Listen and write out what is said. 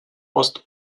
ost